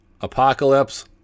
Apocalypse